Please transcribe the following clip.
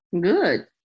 Good